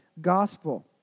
gospel